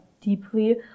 deeply